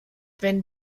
wenn